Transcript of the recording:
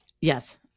Yes